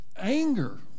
anger